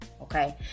Okay